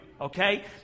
okay